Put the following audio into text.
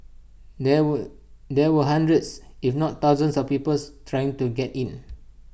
there were there were hundreds if not thousands of peoples trying to get in